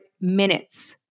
minutes